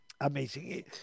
amazing